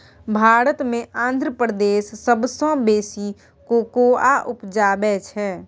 भारत मे आंध्र प्रदेश सबसँ बेसी कोकोआ उपजाबै छै